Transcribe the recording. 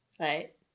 Right